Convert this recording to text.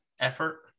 effort